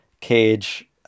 Cage